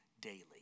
daily